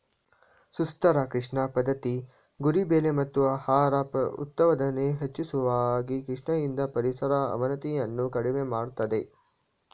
ಸುಸ್ಥಿರ ಕೃಷಿ ಪದ್ಧತಿ ಗುರಿ ಬೆಳೆ ಮತ್ತು ಆಹಾರ ಉತ್ಪಾದನೆ ಹೆಚ್ಚಿಸುವಾಗ ಕೃಷಿಯಿಂದ ಪರಿಸರ ಅವನತಿಯನ್ನು ಕಡಿಮೆ ಮಾಡ್ತದೆ